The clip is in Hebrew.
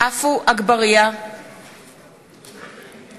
מצביע עפו אגבאריה, מצביע יולי